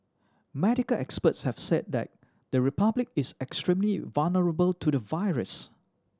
medical experts have said that the Republic is extremely vulnerable to the virus